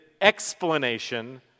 explanation